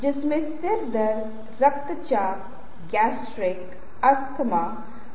तो कुछ चीजें आरामदायक हैं कुछ खास चीजें नहीं हैं आपको इसका परीक्षण करना होगा